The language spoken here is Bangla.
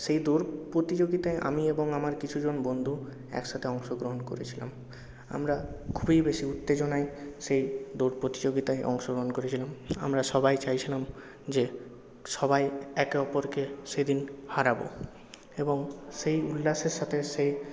সেই দৌড় প্রতিযোগিতায় আমি এবং আমার কিছু জন বন্ধু একসাথে অংশগ্রহণ করেছিলাম আমরা খুবই বেশি উত্তেজনায় সেই দৌড় প্রতিযোগিতায় অংশগ্রহণ করেছিলাম আমরা সবাই চাইছিলাম যে সবাই একে অপরকে সেদিন হারাবো এবং সেই উল্লাসের সাথে সেই